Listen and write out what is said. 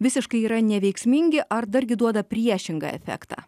visiškai yra neveiksmingi ar dargi duoda priešingą efektą